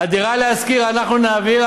"דירה להשכיר" אנחנו נעביר,